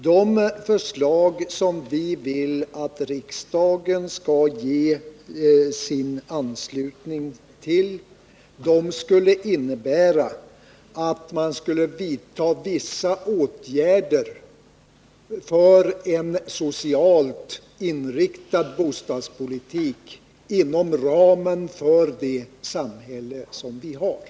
De förslag som vi vill att riksdagen skall ge sin anslutning till skulle innebära att vissa åtgärder skulle vidtas för en socialt inriktad bostadspolitik inom ramen för det samhälle som vi har.